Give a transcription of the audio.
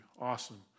Awesome